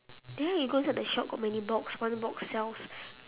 there you go inside the shop got many box one box sells